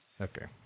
Okay